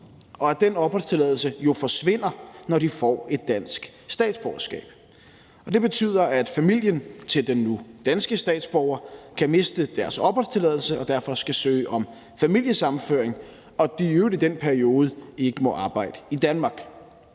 og at den opholdstilladelse jo forsvinder, når de får et dansk statsborgerskab. Det betyder, at familien til den nu danske statsborger kan miste sin opholdstilladelse og derfor skal søge om familiesammenføring, og at den i øvrigt i den periode ikke må arbejde i Danmark.